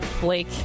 Blake